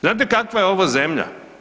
Znate kakva je ovo zemlja?